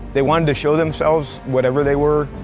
they wanted to show themselves, whatever they were.